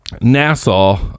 Nassau